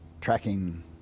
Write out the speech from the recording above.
tracking